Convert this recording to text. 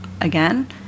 again